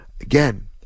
Again